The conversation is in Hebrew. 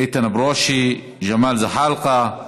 איתן ברושי, ג'מאל זחאלקה,